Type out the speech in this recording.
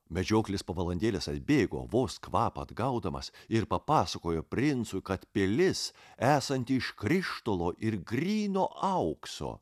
medžioklis po valandėlės atbėgo vos kvapą atgaudamas ir papasakojo princui kad pilis esanti iš krištolo ir gryno aukso